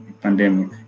pandemic